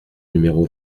numéro